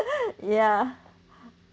ya